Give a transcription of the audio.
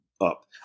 up